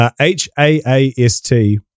H-A-A-S-T